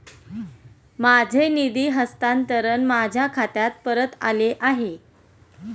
माझे निधी हस्तांतरण माझ्या खात्यात परत आले आहे